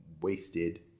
wasted